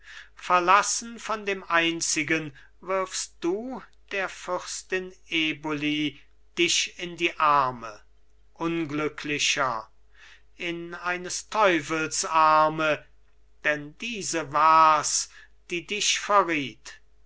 verlassen von dem einzigen wirfst du der fürstin eboli dich in die arme unglücklicher in eines teufels arme denn diese wars die dich verriet